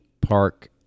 park